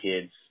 kids